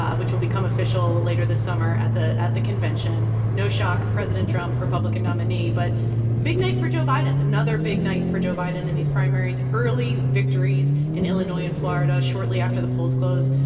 ah which will become official later this summer at the at the convention. no shock president trump, republican nominee. but big night for joe biden another big night for joe biden in these primaries, early victories in illinois and florida shortly after the polls closed.